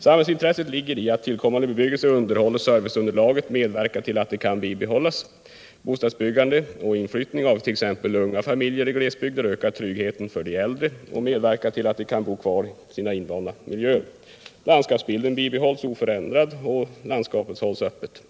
Samhällsintresset ligger i att tillkommande bebyggelse underhåller serviceunderlaget och medverkar till att det kan bibehållas. Bostadsbyggande och inflyttning av exempelvis unga familjer i glesbygder ökar tryggheten för de äldre och medverkar till att de kan bo kvar i de miljöer de har blivit vana vid. Landsskapsbilden bibehålls oförändrad och landskapet hålls öppet.